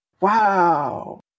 Wow